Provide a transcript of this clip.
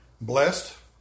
Blessed